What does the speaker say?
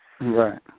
Right